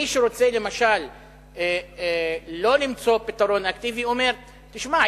מי שרוצה לא למצוא פתרונות אקטיביים אומר: תשמע,